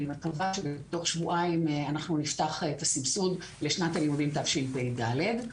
אני מקווה שתוך שבועיים נפתח את הסבסוד לשנת הלימודים תשפ"ד.